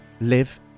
live